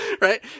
right